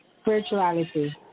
Spirituality